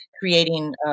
creating